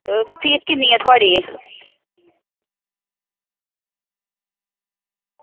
एह् फीस किन्नी ऐ थुआढ़ी